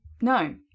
No